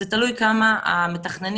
זה תלוי כמה המתכננים,